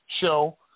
show